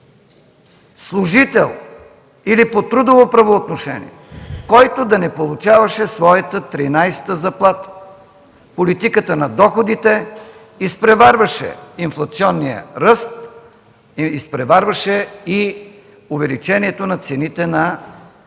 служител или по трудово правоотношение, който да не получаваше своята 13-та заплата. Политиката на доходите изпреварваше инфлационния ръст, изпреварваше и увеличението на цените на